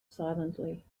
silently